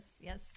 yes